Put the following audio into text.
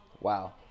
Wow